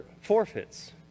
forfeits